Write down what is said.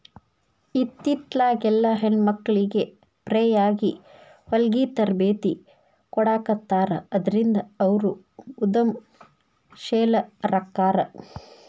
ಇತ್ತಿತ್ಲಾಗೆಲ್ಲಾ ಹೆಣ್ಮಕ್ಳಿಗೆ ಫ್ರೇಯಾಗಿ ಹೊಲ್ಗಿ ತರ್ಬೇತಿ ಕೊಡಾಖತ್ತಾರ ಅದ್ರಿಂದ ಅವ್ರು ಉದಂಶೇಲರಾಕ್ಕಾರ